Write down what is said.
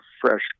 fresh